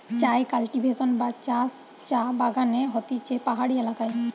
চায় কাল্টিভেশন বা চাষ চা বাগানে হতিছে পাহাড়ি এলাকায়